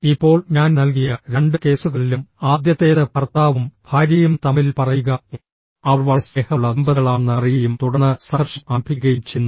ഇപ്പോൾ ഞാൻ നൽകിയ രണ്ട് കേസുകളിലും ആദ്യത്തേത് ഭർത്താവും ഭാര്യയും തമ്മിൽ പറയുക അവർ വളരെ സ്നേഹമുള്ള ദമ്പതികളാണെന്ന് അറിയുകയും തുടർന്ന് സംഘർഷം ആരംഭിക്കുകയും ചെയ്യുന്നു